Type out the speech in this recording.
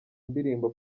ndirimbo